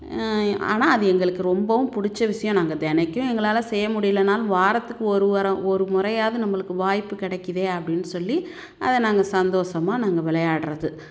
ஆனால் அது எங்களுக்கு ரொம்பவும் பிடிச்ச விஷயம் நாங்கள் தினைக்கும் எங்களால் செய்ய முடியலனாலும் வாரத்துக்கு ஒரு வரம் ஒரு முறையாது நம்மளுக்கு வாய்ப்பு கிடைக்கிதே அப்படின்னு சொல்லி அதை நாங்கள் சந்தோசமாக நாங்கள் விளையாட்றது